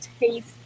taste